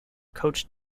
coach